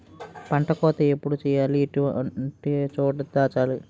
పంట కోత ఎప్పుడు చేయాలి? ఎటువంటి చోట దాచాలి?